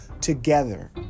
together